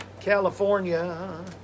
California